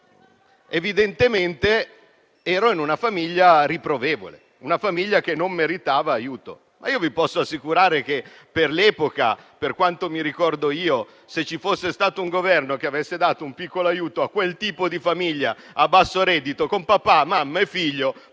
Evidentemente, ero in una famiglia riprovevole, che non meritava aiuto. Tuttavia, vi posso assicurare che per l'epoca, per quanto mi ricordo io, se ci fosse stato un Governo che avesse dato un piccolo aiuto a quel tipo di famiglia a basso reddito con papà, mamma e figlio,